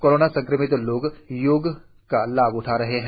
corona संक्रमित लोग योग का लाभ उठा रहे हैं